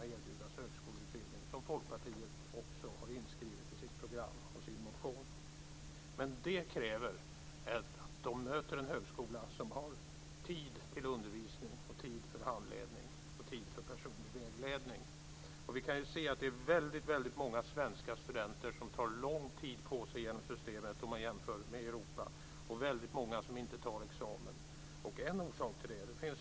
Antalet examinerade i forskarutbildningen har fördubblats. Framtidens lärare håller nu på att utbildas. Regeringen har utöver detta satsat en kvarts miljard på forskarskolor i olika ämnen runtomkring i landet för att fortsätta göra forskarutbildningen mer attraktiv. Det är nämligen där vi har framtidens högskolelärare. Då måste vi arbeta med utveckling och expansion av vår forskarutbildning.